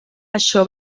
això